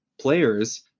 players